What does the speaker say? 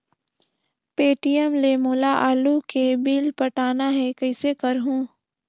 Paytm ले मोला आलू के बिल पटाना हे, कइसे करहुँ?